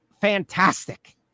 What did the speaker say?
fantastic